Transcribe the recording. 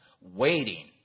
waiting